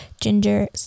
ginger